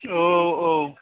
औ औ